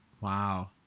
Wow